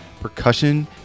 percussion